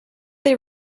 they